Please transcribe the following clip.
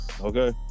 Okay